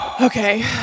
Okay